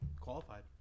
qualified